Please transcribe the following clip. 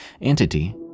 entity